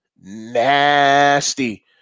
nasty